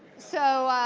so